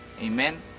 amen